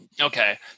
Okay